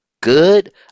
good